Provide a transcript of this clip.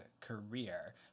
career